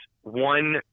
one